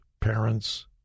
parents